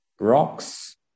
rocks